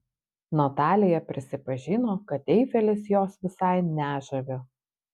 natalija prisipažino kad eifelis jos visai nežavi